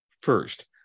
First